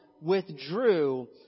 withdrew